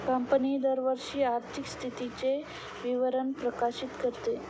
company दरवर्षी आर्थिक स्थितीचे विवरण प्रकाशित करते